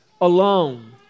alone